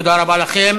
תודה רבה לכם.